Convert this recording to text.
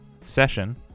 Session